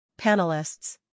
Panelists